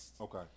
Okay